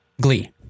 glee